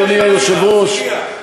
אדוני היושב-ראש,